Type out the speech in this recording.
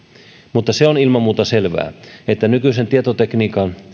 mutta se on ilman muuta selvää että nykyisen tietotekniikan